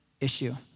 issue